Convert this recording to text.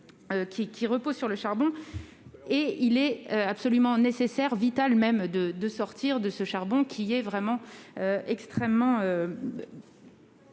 repose sur le charbon. Il est absolument nécessaire, vital même, de sortir de ce charbon, qui est vraiment très